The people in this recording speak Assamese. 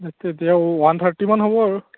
তেতিয়া ওৱান থাৰ্টিমান হ'ব